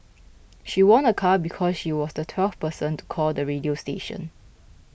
she won a car because she was the twelfth person to call the radio station